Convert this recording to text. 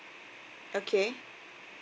okay